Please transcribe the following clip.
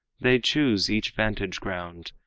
they choose each vantage-ground,